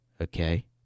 Okay